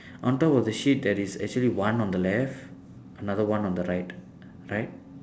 on top of the sheep there is actually one on the left another one on the right right